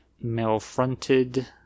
male-fronted